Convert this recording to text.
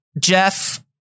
Jeff